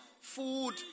food